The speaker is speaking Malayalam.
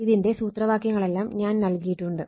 ഇതിന്റെ സൂത്രവാക്യങ്ങളെല്ലാം ഞാൻ നൽകിയിട്ടുണ്ട്